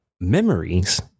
memories